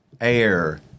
air